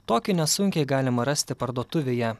tokį nesunkiai galima rasti parduotuvėje